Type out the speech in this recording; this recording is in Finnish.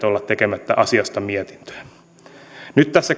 olla tekemättä asiasta mietintöä nyt tässä